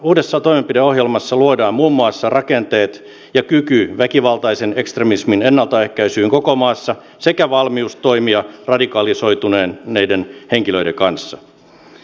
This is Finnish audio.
uudessa toimenpideohjelmassa luodaan muun muassa rakenteet ja kyky väkivaltaisen ekstremismin ennaltaehkäisyyn koko maassa sekä valmius toimia radikalisoituneiden henkilöiden kanssa